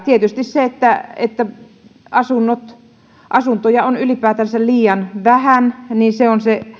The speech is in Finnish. tietysti se että että asuntoja on ylipäätänsä liian vähän on se